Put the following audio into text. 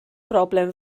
broblem